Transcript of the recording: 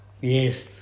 Yes